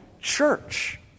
church